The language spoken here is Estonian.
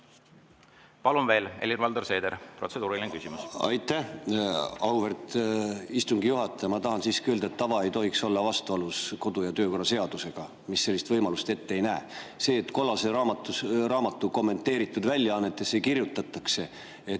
Palun veel, Helir-Valdor Seeder, protseduuriline küsimus!